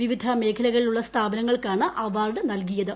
വിവിധ മേഖലകളിലുള്ള സ്ഥാപനങ്ങൾക്ക് ആണ് അവാർഡ് നൽകിയത്